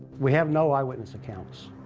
we have no eyewitness accounts.